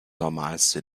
normalste